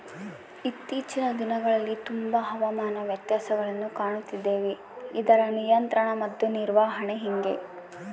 ಇತ್ತೇಚಿನ ದಿನಗಳಲ್ಲಿ ತುಂಬಾ ಹವಾಮಾನ ವ್ಯತ್ಯಾಸಗಳನ್ನು ಕಾಣುತ್ತಿದ್ದೇವೆ ಇದರ ನಿಯಂತ್ರಣ ಮತ್ತು ನಿರ್ವಹಣೆ ಹೆಂಗೆ?